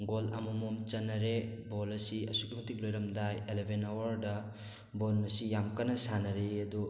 goal ꯑꯃꯃꯝ ꯆꯟꯅꯔꯦ ball ꯑꯁꯤ ꯑꯁꯨꯛꯀꯤ ꯃꯇꯤꯛ ꯂꯣꯏꯔꯝꯗꯥꯏ ꯑꯦꯂꯕꯦꯟ ꯑꯌꯥꯔꯗ ꯕꯣꯜ ꯑꯁꯤ ꯌꯥꯝ ꯀꯟꯅ ꯁꯥꯟꯅꯔꯛꯏ ꯑꯗꯨ